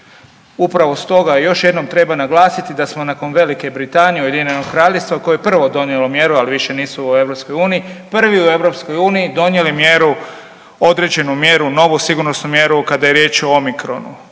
Upravo stoga još jednom treba naglasiti da smo nakon Velike Britanije UK koje je prvo donijelo mjeru, ali više nisu u EU, prvi u EU donijeli mjeru određenju mjeru, novu sigurnosnu mjeru kada je riječ o omikronu.